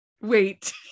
wait